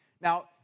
Now